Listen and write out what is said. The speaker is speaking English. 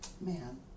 Man